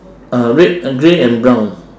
uh red and grey and brown